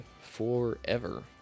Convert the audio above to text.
forever